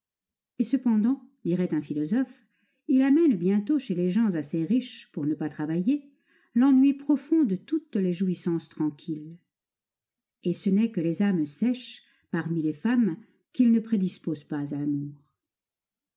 et cependant dirait un philosophe il amène bientôt chez les gens assez riches pour ne pas travailler l'ennui profond de toutes les jouissances tranquilles et ce n'est que les âmes sèches parmi les femmes qu'il ne prédispose pas à